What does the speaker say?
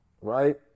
right